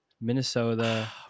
Minnesota